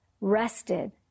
rested